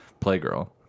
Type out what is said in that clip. Playgirl